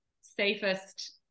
safest